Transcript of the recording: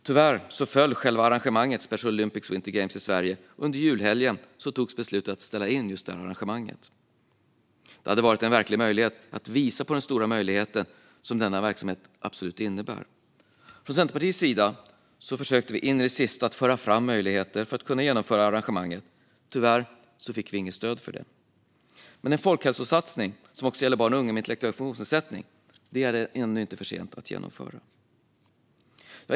Tyvärr föll själva arrangemanget Special Olympics World Winter Games i Sverige, och under julhelgen togs beslutet att ställa in arrangemanget. Det hade varit en verklig möjlighet att visa på den stora betydelse som denna verksamhet har. Från Centerpartiets sida försökte vi in i det sista att föra fram möjligheter för att kunna genomföra arrangemanget. Tyvärr fick vi inget stöd för det, men en folkhälsosatsning som också gäller barn och unga med intellektuell funktionsnedsättning är det ännu inte för sent att genomföra.